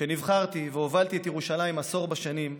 כשנבחרתי והובלתי את ירושלים עשור בשנים,